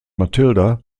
matilda